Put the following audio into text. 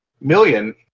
Million